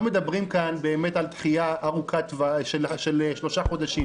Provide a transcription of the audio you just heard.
מדברים כאן באמת על דחייה של שלושה חודשים.